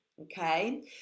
okay